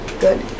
Good